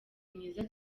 mwiza